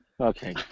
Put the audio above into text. Okay